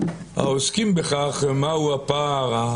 שיידעו העוסקים בכך מה הוא הפער הקבוע.